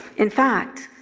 in fact,